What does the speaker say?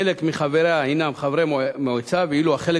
חלק מחבריה הינם חברי מועצה ואילו החלק